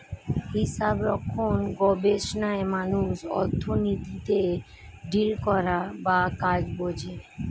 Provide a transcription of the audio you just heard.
হিসাবরক্ষণ গবেষণায় মানুষ অর্থনীতিতে ডিল করা বা কাজ বোঝে